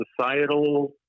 societal